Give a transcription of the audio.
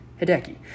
Hideki